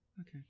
Okay